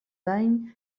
din